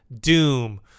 Doom